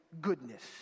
goodness